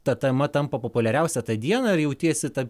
ta tema tampa populiariausia tą dieną ir jautiesi taip